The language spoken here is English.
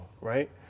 right